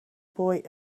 boy